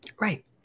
Right